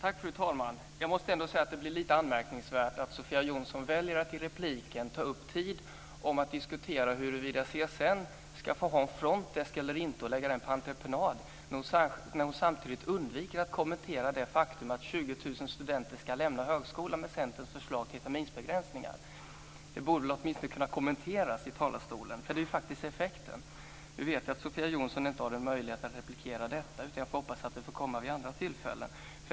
Fru talman! Det är anmärkningsvärt att Sofia Jonsson väljer att i repliken ta upp tid med att diskutera huruvida CSN ska få ha en front desk eller inte och om den ska läggas ut på entreprenad. Samtidigt undviker hon att kommentera det faktum att 20 000 studenter ska lämna högskolan, med Centerns förslag till terminsbegränsning. Det borde åtminstone kunna kommenteras i talarstolen. Det blir faktiskt effekten. Jag vet att Sofia Jonsson inte har möjlighet att replikera nu. Jag hoppas att det får komma vid andra tillfällen.